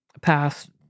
past